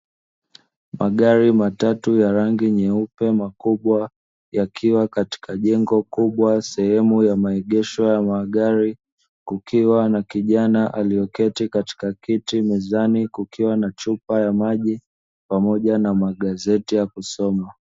Magari matatu ya rangi nyeupe makubwa yakiwa katika jengo kubwa sehemu ya maegesho ya magari, kukiwa na kijana aliyeketi katika kiti, mezani kukiwa na chupa ya maji pamoja na magazeti ya kusoma.